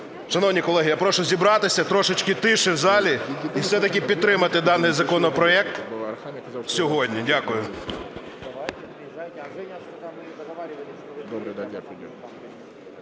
Шановні колеги, я прошу зібратися, трошечки тихіше в залі і все-таки підтримати даний законопроект сьогодні. Дякую.